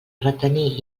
retenir